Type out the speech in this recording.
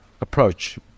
approach